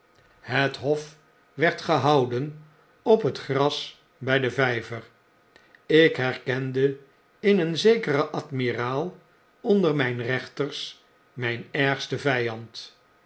het hof werd gehouden op het gras by den vyver ik herkende in een zekeren admiraal onder myn rechters myn ergsten vyand